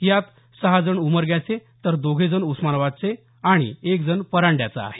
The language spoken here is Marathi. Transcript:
यातत सहाजण उमरग्याचे आहेत तर दोघेजण उस्मानाबादचे तर एक जण परांड्याचा आहे